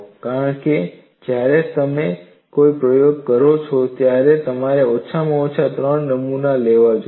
કારણ કે જ્યારે પણ તમે કોઈ પ્રયોગ કરો ત્યારે તમારે ઓછામાં ઓછા ત્રણ નમૂના લેવા જોઈએ